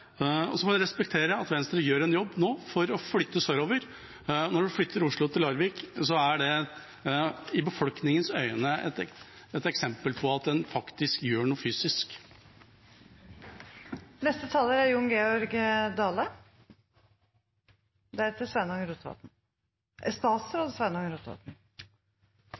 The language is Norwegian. og så får en respektere at Venstre gjør en jobb nå for å flytte sørover. Når en flytter Oslo til Larvik, er det i befolkningens øyne et eksempel på at en faktisk gjør noe